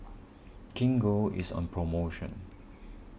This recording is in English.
Gingko is on promotion